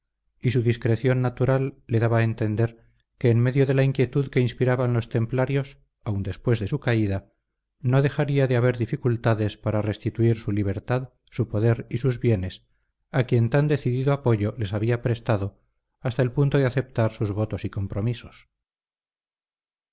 y su discreción natural le daba a entender que en medio de la inquietud que inspiraban los templarios aun después de su caída no dejaría de haber dificultades para restituir su libertad su poder y sus bienes a quien tan decidido apoyo les había prestado hasta el punto de aceptar sus votos y compromisos